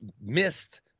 missed